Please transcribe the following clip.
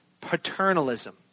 paternalism